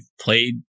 played